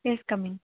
yes come in